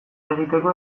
egiteko